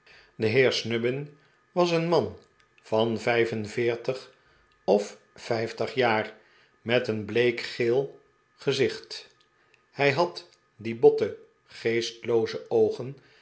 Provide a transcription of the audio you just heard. de heer snubbin was een man van vijf en veertig of vijftig jaar met een bleekgeel gezicht hij had die botte geestlooze oogen